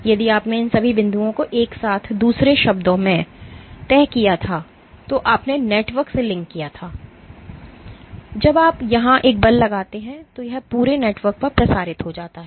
यदि आपने इन सभी बिंदुओं को एक साथ दूसरे शब्दों में तय किया था तो आपने नेटवर्क से लिंक किया था जब आप यहां एक बल लगाते हैं तो यह पूरे नेटवर्क पर प्रसारित हो जाता है